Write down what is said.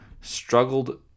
struggled